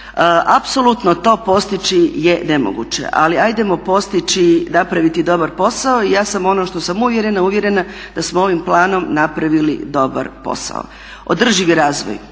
Apsolutno to postići je nemoguće, ali hajdemo postići, napraviti dobar posao. I ja sam ono što sam uvjerena, uvjerena da smo ovim planom napravili dobar posao. Održivi razvoj.